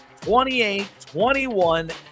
28-21